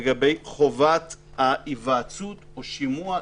לגבי חובת ההיוועצות או שימוע,